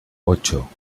ocho